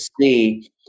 see